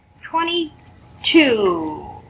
twenty-two